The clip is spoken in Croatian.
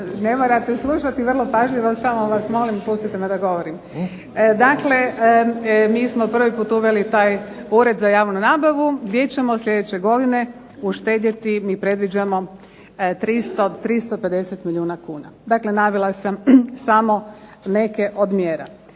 ne morate slušati vrlo pažljivo samo vas molim pustite me da govorim. Dakle, mi smo prvi put uveli taj Ured za javnu nabavu gdje ćemo sljedeće godine uštedjeti mi predviđamo 300, 350 milijuna kuna. Dakle, navela sam samo neke od mjera.